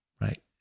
right